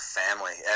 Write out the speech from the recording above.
family